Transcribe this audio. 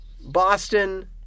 Boston